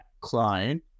client